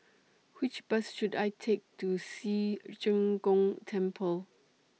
Which Bus should I Take to Ci Zheng Gong Temple